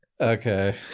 Okay